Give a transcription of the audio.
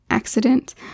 accident